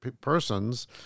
persons